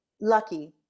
Lucky